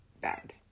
bad